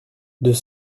deux